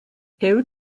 huw